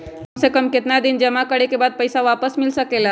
काम से कम केतना दिन जमा करें बे बाद पैसा वापस मिल सकेला?